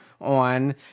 on